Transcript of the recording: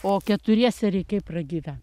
o keturiese reikėjo pragyven